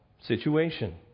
situation